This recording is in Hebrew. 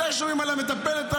מתי שומעים על המטפלת?